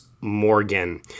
Morgan